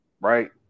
right